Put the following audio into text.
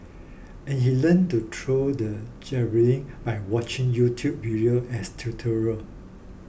and he learnt to throw the javelin by watching YouTube video as tutorial